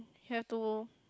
have to